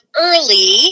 early